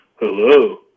Hello